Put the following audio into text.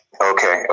Okay